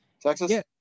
Texas